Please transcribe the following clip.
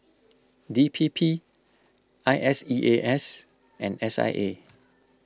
D P P I S E A S and S I A